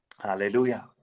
hallelujah